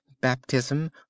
baptism